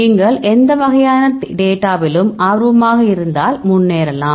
நீங்கள் எந்த வகையான டேட்டாவிலும் ஆர்வமாக இருந்தால் முன்னேறலாம்